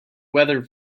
weather